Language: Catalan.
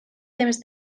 temps